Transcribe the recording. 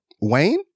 wayne